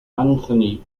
antony